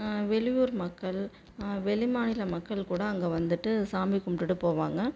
வெளியூர் மக்கள் வெளிமாநில மக்கள் கூட அங்கே வந்துவிட்டு சாமி கும்பிட்டுட்டு போவாங்க